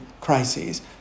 crises